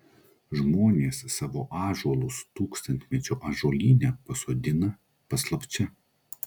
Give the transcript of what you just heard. žmonės savo ąžuolus tūkstantmečio ąžuolyne pasodina paslapčia